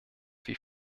wie